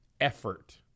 effort